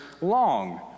long